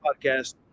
podcast